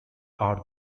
are